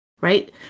right